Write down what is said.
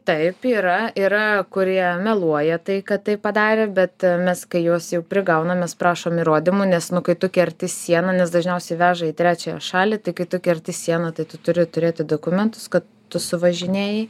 taip yra yra kurie meluoja tai kad tai padarė bet mes kai juos jau prigaunam mes prašom įrodymų nes nu kai tu kerti sieną nes dažniausiai veža į trečiąją šalį tai kai tu kerti sieną tai tu turi turėti dokumentus kad tu suvažinėjai